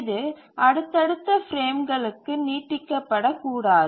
இது அடுத்தடுத்த பிரேம்களுக்கு நீட்டிக்கப்பட கூடாது